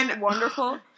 wonderful